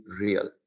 real